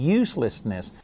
uselessness